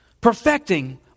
Perfecting